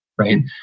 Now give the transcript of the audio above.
right